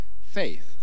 Faith